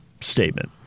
statement